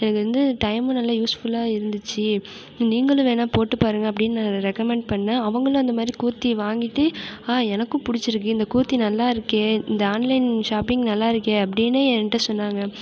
எனக்கு வந்து டைமும் நல்லா யூஸ்ஃபுல்லாக இருந்துச்சு நீங்களும் வேணுனா போட்டு பாருங்கள் அப்டின்னு நான் ரெகமெண்ட் பண்ணேன் அவங்களும் அந்தமாதிரி கூர்த்தி வாங்கிட்டு ஆஹ் எனக்கும் பிடிச்சிருக்கு இந்த கூர்த்தி நல்லாயிருக்கே இந்த ஆன்லைன் ஷாப்பிங் நல்லாயிருக்கே அப்படின்னு என்ட்ட சொன்னாங்க